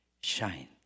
Shine